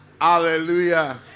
Hallelujah